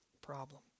problem